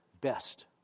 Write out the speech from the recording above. best